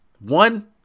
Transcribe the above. one